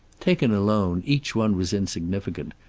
taken alone, each one was insignificant,